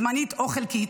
זמנית או חלקית,